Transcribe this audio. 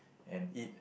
and eat